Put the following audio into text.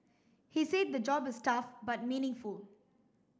he said the job is tough but meaningful